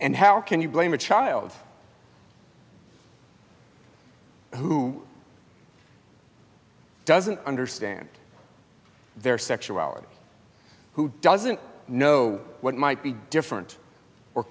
and how can you blame a child who doesn't understand their sexuality who doesn't know what might be different or